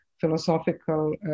philosophical